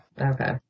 Okay